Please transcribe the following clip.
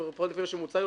לפחות לפי מה שמוצג לנו,